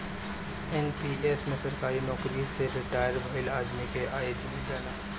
NPS में सरकारी नोकरी से रिटायर भईल आदमी के आय देहल जाला